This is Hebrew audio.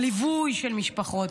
הליווי של המשפחות.